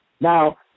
Now